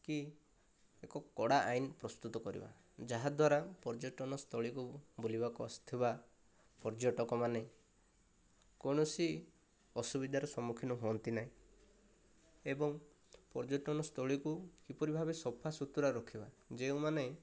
କି ଏକ କଡ଼ା ଆଇନ ପ୍ରସ୍ତୁତ କରିବା ଯାହାଦ୍ୱାରା ପର୍ଯ୍ୟଟନସ୍ଥଳୀକୁ ବୁଲିବାକୁ ଆସୁଥିବା ପର୍ଯ୍ୟଟକମାନେ କୌଣସି ଅସୁବିଧାରେ ସମ୍ମୁଖୀନ ହୁଅନ୍ତି ନାହିଁ ଏବଂ ପର୍ଯ୍ୟଟନସ୍ଥଳୀକୁ କିପରି ଭାବେ ସଫା ସୁତୁରା ରଖିବା ଯେଉଁମାନେ